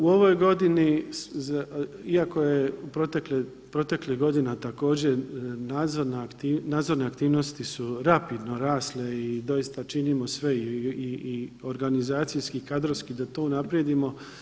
U ovoj godini iako je proteklih godina također nadzorne aktivnosti su rapidno rasle i doista činimo sve i organizacijski, kadrovski da to unaprijedimo.